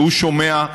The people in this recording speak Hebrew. והוא שומע,